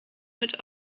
mit